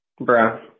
Bruh